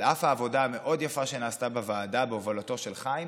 על אף העבודה המאוד-יפה שנעשתה בוועדה בהובלתו של חיים,